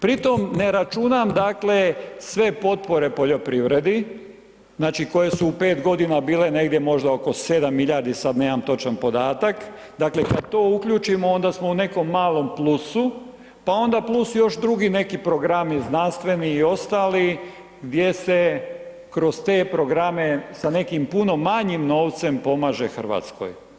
Pritom ne računam, dakle, sve potpore poljoprivredi, znači koje su u 5 godina bile negdje možda oko 7 milijardi, sad nemam točan podatak, dakle, kad to uključimo, onda smo u nekom malom plusu pa onda plus još drugi neki programi, znanstveni i ostali, gdje se kroz te programe sa nekim puno manjim novcem pomaže Hrvatskoj.